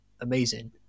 amazing